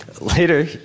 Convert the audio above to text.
later